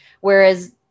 whereas